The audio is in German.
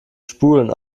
spulen